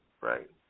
Right